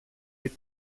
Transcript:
wit